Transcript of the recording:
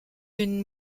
une